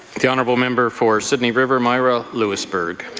the honourable member for sydney river-mira-louisbourg.